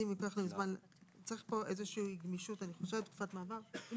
אני חושב גם